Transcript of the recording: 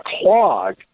clog